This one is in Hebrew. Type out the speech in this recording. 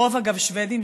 הרוב, אגב, שוודים.